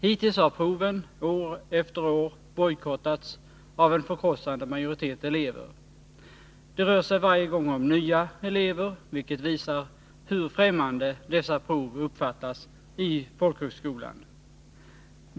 Hittills har proven år efter år bojkottats av en förkrossande majoritet elever. Det rör sig varje gång om nya elever, vilket visar hur dessa prov uppfattas som främmande i folkhögskolan.